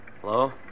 Hello